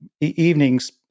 evenings